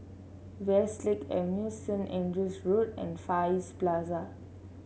Westlake Avenue Saint Andrew's Road and Far East Plaza